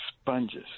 sponges